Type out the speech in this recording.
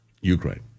Ukraine